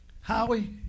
Howie